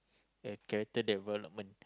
the character development